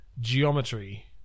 Geometry